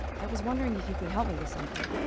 i was wondering if you could help me with something.